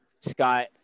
scott